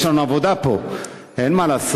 יש לנו עבודה פה, אין מה לעשות.